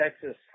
Texas